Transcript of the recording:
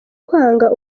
kwanga